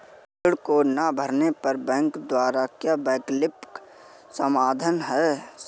ऋण को ना भरने पर बैंकों द्वारा क्या वैकल्पिक समाधान हैं?